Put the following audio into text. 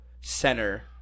center